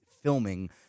filming